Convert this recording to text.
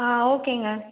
ஆ ஓகேங்க